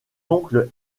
oncle